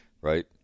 right